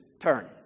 turn